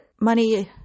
money